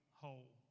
whole